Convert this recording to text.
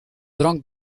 drank